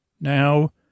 Now